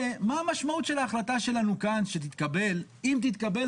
מה המשמעות של ההחלטה שלנו כאן כשתתקבל, אם תתקבל?